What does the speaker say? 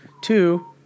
two